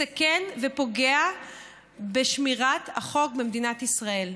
מסכן ופוגע בשמירת החוק במדינת ישראל.